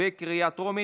בקריאה טרומית.